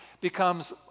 becomes